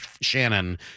Shannon